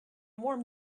warm